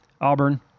Auburn